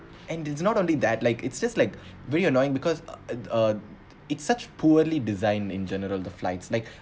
and it's not only that like it's just like really annoying because uh uh it such poorly designed in general the flights like